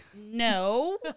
No